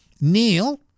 Neil